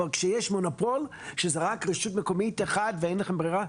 אבל כשיש מונופול שזו רק רשות מקומית אחת ואין ברירה,